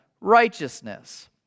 righteousness